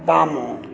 ବାମ